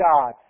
God